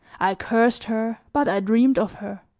i cursed her but i dreamed of her.